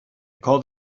called